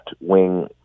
wing